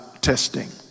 testing